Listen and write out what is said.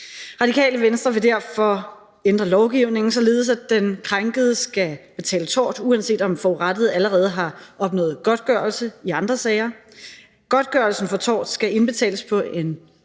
Radikale Venstre vil derfor ændre lovgivningen, således at den krænkende skal betale godtgørelse for tort, uanset om forurettede allerede har opnået godtgørelse i andre sager. Godtgørelsen for tort skal indbetales til en